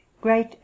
great